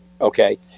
Okay